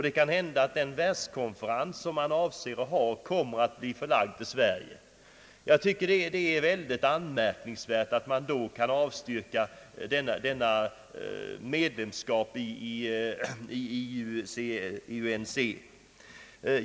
Det kan hända att den världskonferens om miljöfrågor som man avser att hålla kommer att bli förlagd till Sverige.